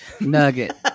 Nugget